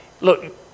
look